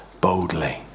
boldly